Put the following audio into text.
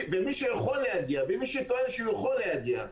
ומי שטוען שהוא יכול להגיע,